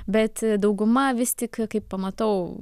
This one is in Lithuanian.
bet dauguma vis tik kai pamatau